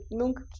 nunca